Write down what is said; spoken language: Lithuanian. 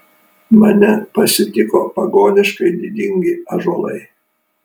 mane pasitiko pagoniškai didingi ąžuolai